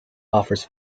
offers